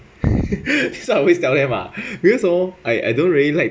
it's not always tell them lah because oh I I don't really like